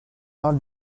not